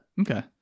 Okay